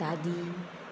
दादी